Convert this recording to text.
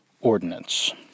ordinance